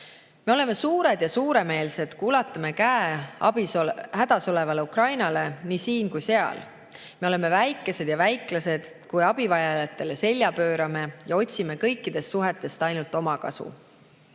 Me oleme suured ja suuremeelsed, kui ulatame käe hädas olevale Ukrainale nii siin kui seal. Me oleme väikesed ja väiklased, kui abivajajatele selja pöörame ja otsime kõikidest suhetest ainult omakasu.